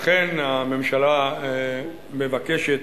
לכן הממשלה מבקשת,